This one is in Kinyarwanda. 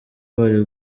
bari